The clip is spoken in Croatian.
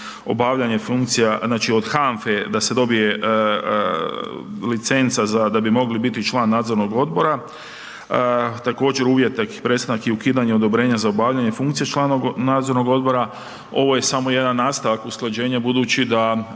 obavljanje funkcija znači od HANFE da se dobije licenca da bi mogli biti član nadzornog odbora. Također …/nerazumljivo/… prestanak i ukidanje odobrenja za obavljanje funkcije člana nadzornog odbora. Ovo je samo jedan nastavak usklađenja budući da